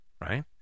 right